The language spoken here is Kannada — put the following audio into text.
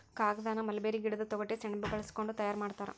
ಕಾಗದಾನ ಮಲ್ಬೇರಿ ಗಿಡದ ತೊಗಟಿ ಸೆಣಬ ಬಳಸಕೊಂಡ ತಯಾರ ಮಾಡ್ತಾರ